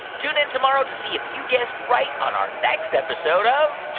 tune in tomorrow to see if you guessed right on our next episode of.